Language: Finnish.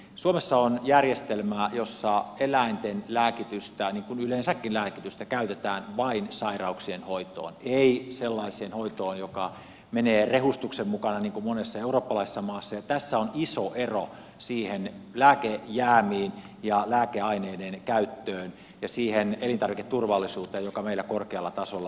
suomessa on järjestelmä jossa eläinten lääkitystä niin kuin yleensäkin lääkitystä käytetään vain sairauksien hoitoon ei sellaiseen hoitoon joka menee rehustuksen mukana niin kuin monessa eurooppalaisessa maassa ja tässä on iso ero niihin lääkejäämiin ja lääkeaineiden käyttöön ja siihen elintarviketurvallisuuteen joka meillä korkealla tasolla on